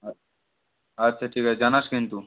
আছ আচ্ছা ঠিক আছে জানাস কিন্তু